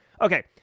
Okay